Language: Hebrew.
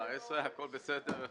הכל בסדר.